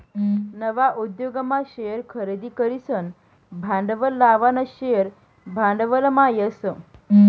नवा उद्योगमा शेअर खरेदी करीसन भांडवल लावानं शेअर भांडवलमा येस